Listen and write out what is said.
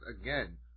again